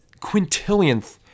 quintillionth